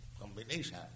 combination